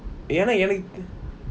என்ன என்னக்கு:enna ennaku